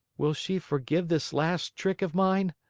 will she forgive this last trick of mine?